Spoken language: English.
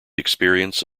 experience